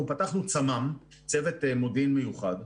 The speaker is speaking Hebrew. אנחנו פתחנו צמ"מ, צוות מודיעין מיוחד,